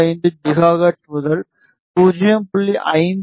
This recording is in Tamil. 45 ஜிகாஹெர்ட்ஸ் முதல் 0